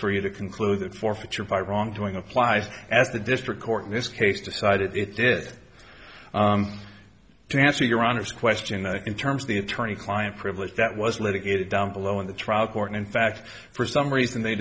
for you to conclude that forfeiture part wrongdoing applies as the district court in this case decided it did to answer your honor's question in terms of the attorney client privilege that was litigated down below in the trial court in fact for some reason they